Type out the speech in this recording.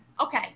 Okay